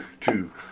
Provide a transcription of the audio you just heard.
two